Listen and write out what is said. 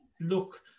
look